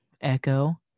Echo